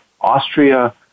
Austria